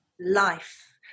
life